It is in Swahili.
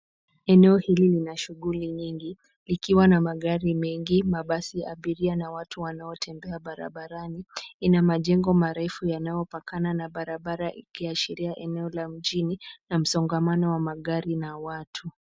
Eneo hili lina shughuli nyingi, likiwa na magari mengi, mabasi ya abiria na watu wanaotembea barabarani. Ina majengo marefu yanayopakana na barabara ikiashiria eneo la mjini, la msongamano wa magari na watu.